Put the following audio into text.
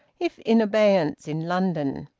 if in abeyance in london.